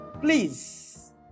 Please